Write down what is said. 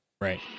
right